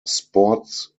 sports